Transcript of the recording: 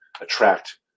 attract